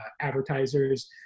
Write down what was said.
advertisers